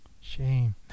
Shame